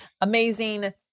amazing